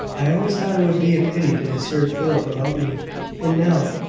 i always thought it would be a pity to disturb philip about you and now,